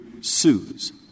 sues